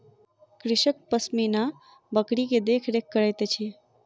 कृषक पश्मीना बकरी के देख रेख करैत अछि